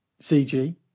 CG